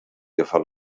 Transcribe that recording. agafar